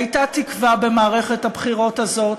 הייתה תקווה במערכת הבחירות הזאת,